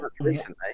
recently